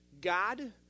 God